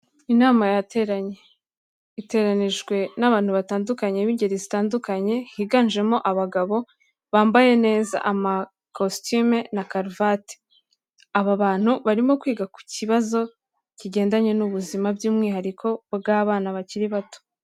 Iama yateranye, iteranijwe n'abantu batandukanye b'ingeri zitandukanye, higanjemo abagabo bambaye neza amakositime na karuvati, aba bantu barimo kwiga ku kibazo kigendanye n'ubuzima, by'umwihariko bw'abana bakiri bato.